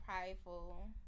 prideful